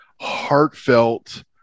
heartfelt